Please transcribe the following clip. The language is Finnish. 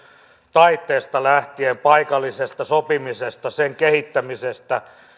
taitteesta lähtien paikallisesta sopimisesta sen kehittämisestä